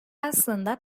aslında